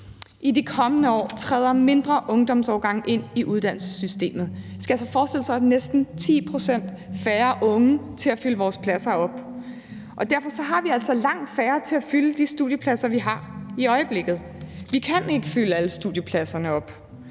I de kommende år træder mindre ungdomsårgange ind i uddannelsessystemet. Man skal forestille sig, at der næsten er 10 pct. færre unge til at fylde vores pladser op. Derfor har vi altså langt færre til at fylde de studiepladser op, som vi har i øjeblikket. Vi kan ikke fylde alle studiepladserne op.